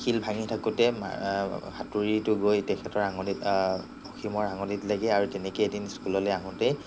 শিল ভাঙি থাকোঁতে হাঁতুৰীটো গৈ তেখেতৰ আঙুলিত অসীমৰ আঙুলিত লাগি আৰু তেনেকে এদিন স্কুললৈ আহোঁতেই